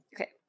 Okay